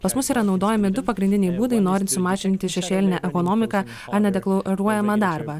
pas mus yra naudojami du pagrindiniai būdai norint sumažinti šešėlinę ekonomiką ar nedeklaruojamą darbą